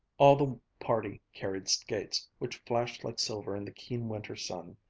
all the party carried skates, which flashed like silver in the keen winter sun.